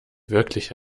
wirklich